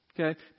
Okay